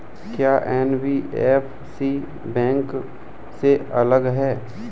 क्या NBFC bank से अलग है?